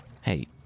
Hey